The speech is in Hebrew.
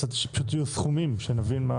הצעתי שפשוט יהיו סכומים, שנבין.